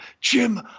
Jim